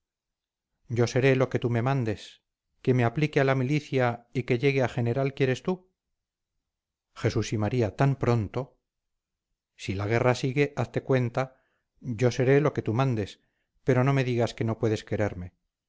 yo seré lo que tú me mandes que me aplique a la milicia y que llegue a general quieres tú jesús y maría tan pronto si la guerra sigue hazte cuenta yo seré lo que tú mandes pero no me digas que no puedes quererme